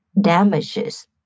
damages